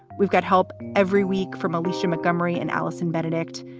we've got help every week from alicia mcmurry and allison benedikt.